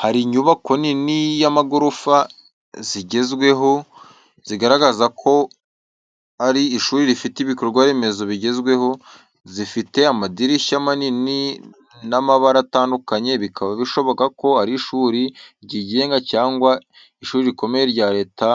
Hari inyubako nini y’amagorofa, zigezweho, zigaragaza ko ari ishuri rifite ibikorwa remezo bigezweho. Zifite amadirishya manini n’amabara atandukanye, bikaba bishoboka ko ari ishuri ryigenga cyangwa ishuri rikomeye rya leta